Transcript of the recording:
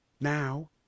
Now